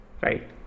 right